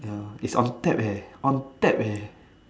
ya it's on tap eh on tap [rh]